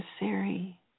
necessary